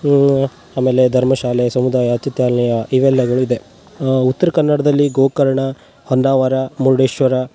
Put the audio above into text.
ಆಮೇಲೆ ಧರ್ಮಶಾಲೆ ಸಮುದಾಯ ಅತ್ಯುತ್ತಾಲಯ ಇವೆಲ್ಲಗಳು ಇದೆ ಉತ್ರ ಕನ್ನಡದಲ್ಲಿ ಗೋಕರ್ಣ ಹೊನ್ನಾವರ ಮುರುಡೇಶ್ವರ